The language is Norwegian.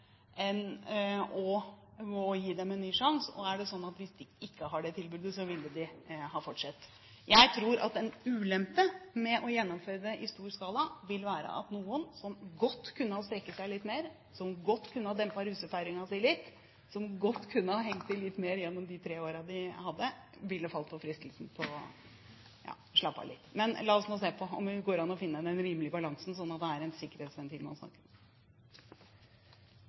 tilbudet, ville de ha fortsatt? Jeg tror at en ulempe ved å gjennomføre det i stor skala vil være at noen som godt kunne ha strukket seg litt mer, som godt kunne ha dempet russefeiringen sin litt, som godt kunne ha hengt i litt mer gjennom de tre årene de hadde, ville falt for fristelsen til å slappe av litt. Men la oss se på om det går an å finne den rimelige balansen, slik at det er en sikkerhetsventil man snakker om.